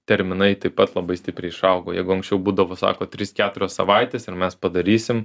terminai taip pat labai stipriai išaugo jeigu anksčiau būdavo sako trys keturios savaitės ir mes padarysim